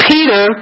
Peter